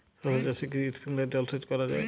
শশা চাষে কি স্প্রিঙ্কলার জলসেচ করা যায়?